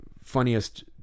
funniest